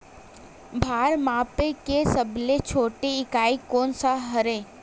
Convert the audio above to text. भार मापे के सबले छोटे इकाई कोन सा हरे?